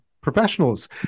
professionals